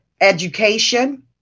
education